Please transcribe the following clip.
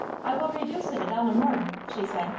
i will reduce it a dollar more, she said,